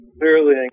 clearly